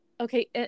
okay